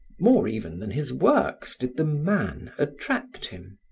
more even than his works did the man attract him.